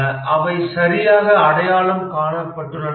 அவை சரியாக அடையாளம் காணப்பட்டுள்ளனவா